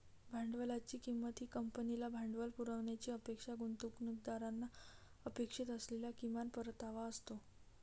भांडवलाची किंमत ही कंपनीला भांडवल पुरवण्याची अपेक्षा गुंतवणूकदारांना अपेक्षित असलेला किमान परतावा असतो